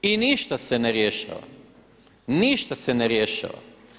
I ništa se ne rješava, ništa se ne rješava.